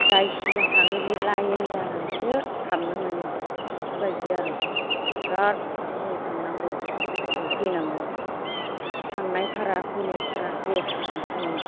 जाय सिगां थाङो बि लाइन जानानैसो हाबनो मोनो इफोरबायदि आर' बिराद खस्थ'यै थांनांगौ खस्थ'यै फैनांगौ थांनाय भारा फैनाय भारा देरस' थांखायो